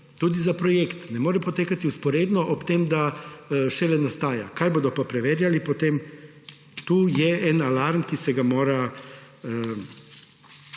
Tudi projekt ne more potekati vzporedno, ob tem, da šele nastaja. Kaj bodo pa preverjali potem? Tu je en alarm, na to se mora